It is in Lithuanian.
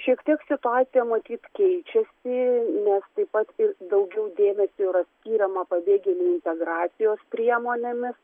šiek tiek situacija matyt keičiasi nes taip pat ir daugiau dėmesio yra skiriama pabėgėlių integracijos priemonėmis